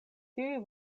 tiuj